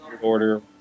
order